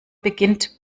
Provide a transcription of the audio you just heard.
beginnt